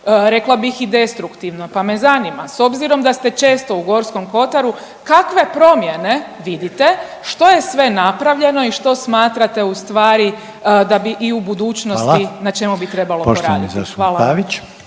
rekla bih i destruktivno, pa me zanima s obzirom da ste često u Gorskom kotaru kakve promjene vidite, što je sve napravljeno i što smatrate ustvari da bi i u budućnosti …/Upadica Reiner: Hvala./… na čemu bi